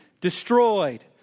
destroyed